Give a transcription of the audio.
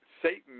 Satan